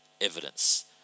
evidence